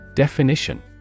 Definition